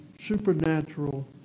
supernatural